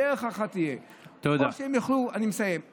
דרך אחת תהיה, או שהן יוכלו לעבוד,